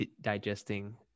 digesting